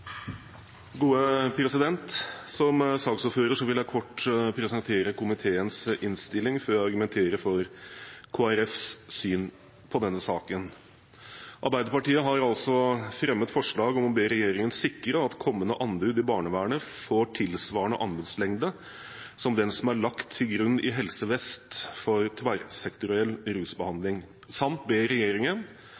Som saksordfører vil jeg kort presentere komiteens innstilling før jeg argumenterer for Kristelig Folkepartis syn på denne saken. Arbeiderpartiet har fremmet forslag om å be regjeringen sikre at kommende anbud i barnevernet får tilsvarende anbudslengde som den som er lagt til grunn i Helse Vest for tverrsektoriell